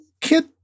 Kit